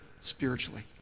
spiritually